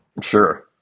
Sure